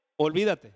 olvídate